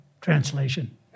translation